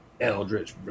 Eldritch